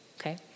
okay